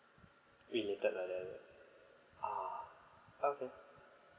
related like that lah ah okay